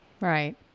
Right